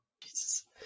Jesus